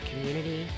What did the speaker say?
community